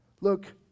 Look